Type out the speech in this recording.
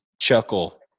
chuckle